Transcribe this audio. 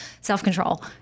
self-control